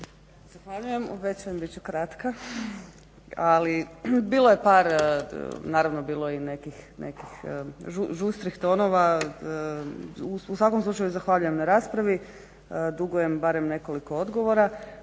Zahvaljujem. Obećajem biti ću kratka. Bilo je par, naravno bilo je i nekih žustrih tonova, u svakom slučaju zahvaljujem na raspravi. Dugujem barem nekoliko odgovora.